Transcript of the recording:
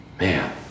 man